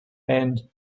and